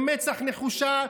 במצח נחושה,